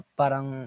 parang